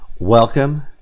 Welcome